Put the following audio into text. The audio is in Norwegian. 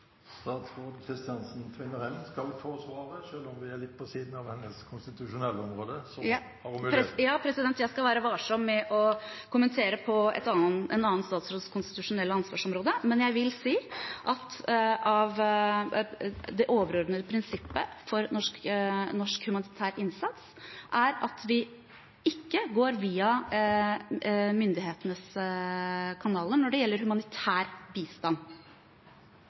Statsråd Kristiansen Tvinnereim skal få svare. Selv om dette er litt på siden av hennes konstitusjonelle område, får hun muligheten. Jeg skal være varsom med å kommentere på en annen statsråds konstitusjonelle ansvarsområde, men jeg vil si at det overordnede prinsippet for norsk humanitær innsats er at vi ikke går via myndighetenes kanaler når det gjelder humanitær bistand.